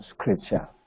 scripture